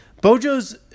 Bojo's